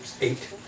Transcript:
Eight